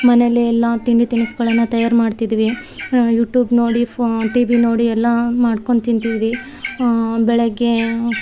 ಮನೇಲಿ ಎಲ್ಲ ತಿಂಡಿ ತಿನಿಸುಗಳನ್ನ ತಯಾರು ಮಾಡ್ತಿದ್ವಿ ಯೂಟ್ಯೂಬ್ ನೋಡಿ ಫೋ ಟಿವಿ ನೋಡಿ ಎಲ್ಲ ಮಾಡ್ಕೊಂಡು ತಿಂತಿದ್ವಿ ಬೆಳಗ್ಗೇ